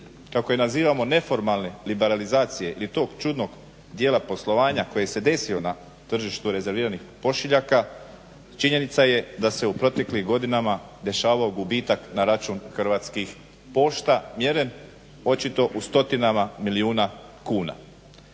kako je nazivamo neformalne liberalizacije ili tog čudnog dijela poslovanja koji se desio na tržištu rezerviranih pošiljaka, činjenica je da se u proteklim godinama dešavao gubitak na račun Hrvatskih pošta mjeren očito u stotinama milijuna kuna.